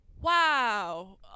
wow